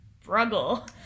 struggle